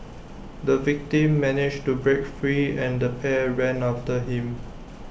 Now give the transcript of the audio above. the victim managed to break free and the pair ran after him